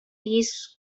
these